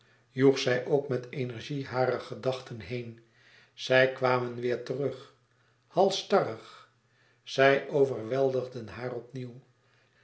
joeg zij ook met energie hare gedachten heen zij kwamen weer terug halsstarrig zij overweldigden haar opnieuw